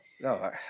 no